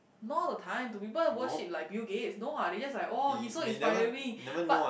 no all the time do people worship like Bill Gates no what they just like oh he's so inspiring but